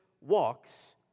walks